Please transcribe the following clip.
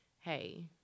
hey